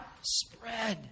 spread